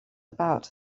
about